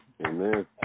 Amen